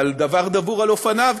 אבל דבר דבור על אופניו,